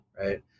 right